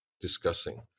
discussing